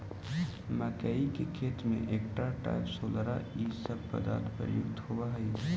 मक्कइ के खेत में एट्राटाफ, सोलोरा इ सब पदार्थ प्रयुक्त होवऽ हई